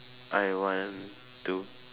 I want to